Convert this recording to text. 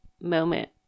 moment